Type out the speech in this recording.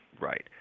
Right